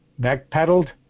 backpedaled